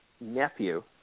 Nephew